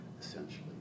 essentially